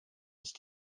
ist